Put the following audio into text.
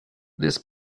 this